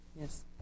Yes